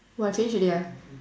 !wah! finish already ah